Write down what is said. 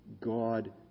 God